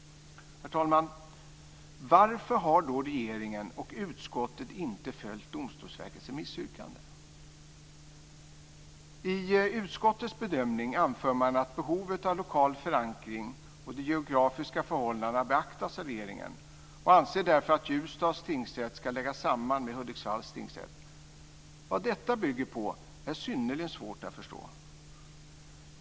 Herr talman! Varför har då regeringen och utskottet inte följt Domstolsverkets remissyttrande? I utskottets bedömning anför man att behovet av lokal förankring och det geografiska förhållandena har beaktats av regeringen. Man anser därför att Ljusdals tingsrätt ska läggas samman med Hudiksvalls tingsrätt. Vad detta bygger på är synnerligen svårt att förstå.